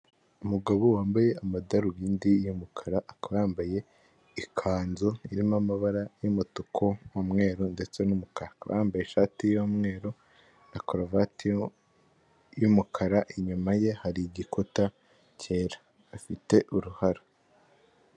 Umugabo wambaye amadarubindi y'umukara akaba yambaye ikanzu irimo amabara y'umutuku umweru ndetse n'ukara wambaye ishati y'umweru na karuvati y'umukara, inyuma ye hari igikuta cyera afite uruhara.